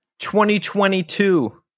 2022